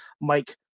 mike